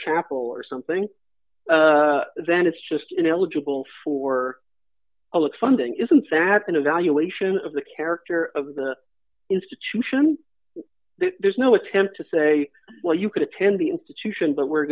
chapel or something then it's just an eligible for a look funding isn't that an evaluation of the character of the institution there's no attempt to say well you could attend the institution but we're